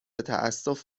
تاسف